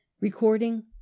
recording